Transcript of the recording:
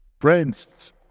Friends